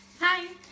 Hi